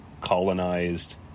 colonized